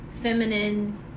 feminine